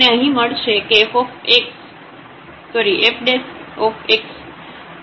તેથી આપણને અહીં મળશે કે fx A કારણકે આ 0 તરફ જશે